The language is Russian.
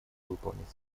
выполнить